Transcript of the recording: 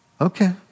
Okay